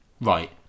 Right